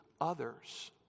others